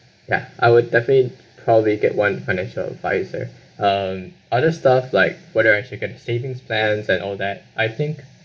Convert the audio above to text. ya I would definitely probably get one financial adviser um others stuff like whether I should get a savings plans and all that I think